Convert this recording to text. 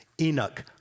Enoch